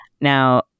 now